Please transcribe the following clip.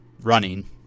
running